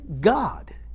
God